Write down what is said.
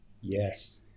yes